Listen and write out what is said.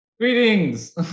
greetings